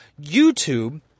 YouTube